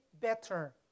better